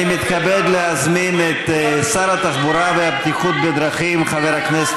אני מתכבד להזמין את שר התחבורה והבטיחות בדרכים חבר הכנסת